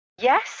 Yes